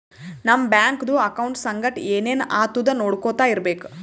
ನಮ್ ಬ್ಯಾಂಕ್ದು ಅಕೌಂಟ್ ಸಂಗಟ್ ಏನ್ ಏನ್ ಆತುದ್ ನೊಡ್ಕೊತಾ ಇರ್ಬೇಕ